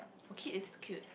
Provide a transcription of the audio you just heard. oh Kate is so cute